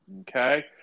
okay